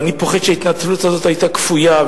אבל אני פוחד שההתנצלות הזאת היתה כפויה,